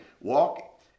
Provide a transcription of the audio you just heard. walk